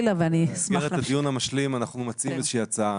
במסגרת הדיון המשלים אנחנו מציעים איזה שהיא הצעה,